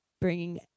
bringing